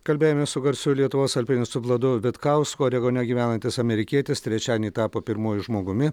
kalbėjome su garsiu lietuvos alpinistu vladu vitkausku oregone gyvenantis amerikietis trečiadienį tapo pirmuoju žmogumi